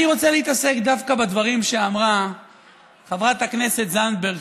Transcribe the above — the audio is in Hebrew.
אני רוצה להתעסק דווקא בדברים שאמרה חברת הכנסת זנדברג,